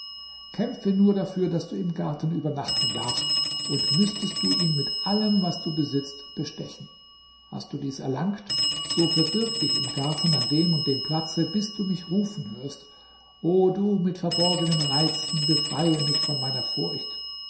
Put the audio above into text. kämpfe nur dafür daß du im garten übernachten darfst und müßtest du ihn mit allem was du besitzt bestechen hast du dies erlangt so verbirg dich im garten an dem und dem platze bis du mich rufen hörst o du mit verborgenen reizen befreie mich von meiner furcht